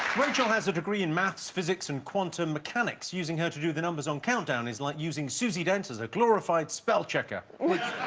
rachel has a degree in maths, physics and quantum mechanics using her to do the numbers on countdown is like using susie dent as a glorified spell checker which,